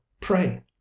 Pray